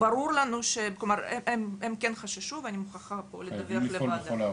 הם חששו, ואני מוכרחה לדווח פה לוועדה.